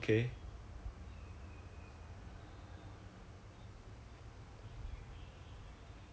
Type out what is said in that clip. and then because he company told him specifically to go and take no pay leave indefinitely mah